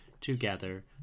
together